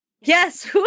Yes